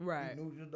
Right